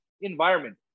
environment